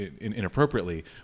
inappropriately